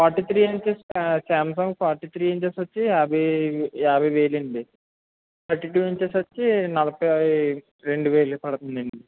forty three inches Samsung forty three inches వచ్చి యాభై యాభై వేలండి థర్టీ టూ ఇంచెస్ వచ్చి నలభై రెండు వేలు పదుతుందందండి